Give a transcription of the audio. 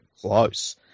close